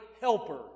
helper